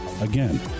again